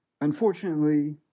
Unfortunately